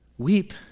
Weep